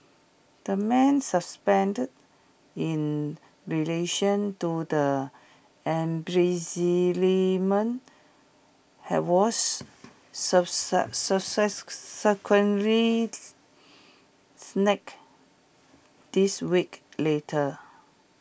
the man suspended in relation to the embezzlement have was snack this weeks later